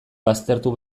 baztertu